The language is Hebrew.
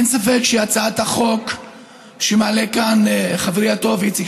אין ספק שהצעת החוק שמעלה כאן חברי הטוב איציק